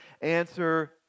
Answer